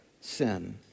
sin